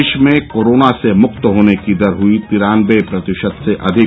देश में कोरोना से मुक्त होने की दर हुई तिरान्नबे प्रतिशत से अधिक